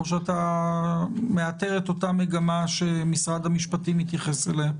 או שאתה מאתר את אותה מגמה שמשרד המשפטים התייחס אליה?